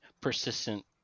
persistent